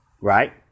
right